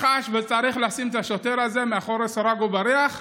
מח"ש, וצריך לשים את השוטר הזה מאחורי סורג ובריח,